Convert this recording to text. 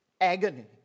Agony